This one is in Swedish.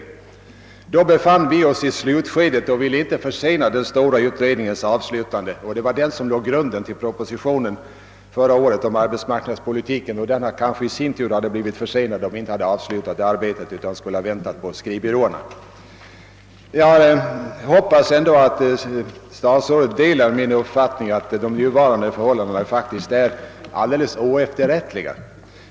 Inom den stora utredningen befann vi oss då i slutskedet av arbetet och ville inte försena utredningens slutförande. Utredningen låg sedan till grund för den proposition om arbetsmarknadspolitiken som förelades förra årets riksdag; skulle vi ha väntat och tagit ställning även till frågan om skrivbyråerna hade vi kanske försenat den propositionen. Jag hoppas att statsrådet delar min uppfattning att de nuvarande förhållandena är alldeles oefterrättliga.